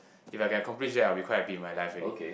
if I can accomplish that I'll be quite happy with my life already